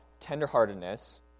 tenderheartedness